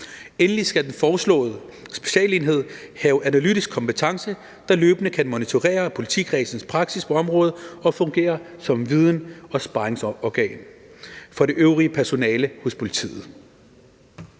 Endelig skal den foreslåede specialenhed have analytisk kompetence, så den løbende kan monitorere politikredsens praksis på området og fungere som videns - og sparringsorgan for det øvrige personale hos politiet.